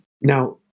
Now